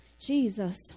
Jesus